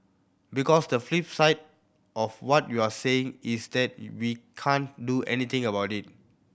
because the flip side of what you're saying is that we can't do anything about it